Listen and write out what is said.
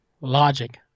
Logic